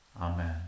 Amen